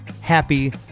happy